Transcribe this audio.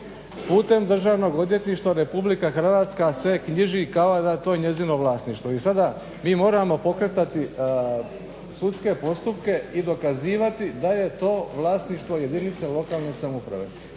putem Državnog odvjetništva Republika Hrvatska sve knjiži kao da je to njezino vlasništvo. I sada mi moramo pokretati sudske postupke i dokazivati da je to vlasništvo jedinice lokalne samouprave.